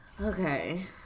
Okay